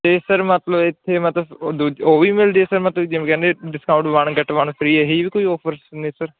ਅਤੇ ਸਰ ਮਤਲਬ ਇੱਥੇ ਮਤਲਬ ਓ ਦੂਜ ਉਹ ਵੀ ਮਿਲਦੇ ਇੱਥੇ ਜਿਵੇਂ ਕਹਿੰਦੇ discount one get one free ਇਹ ਜਿਹੀ ਵੀ ਕੋਈ ਔਫਰ ਏ ਸਰ